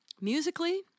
Musically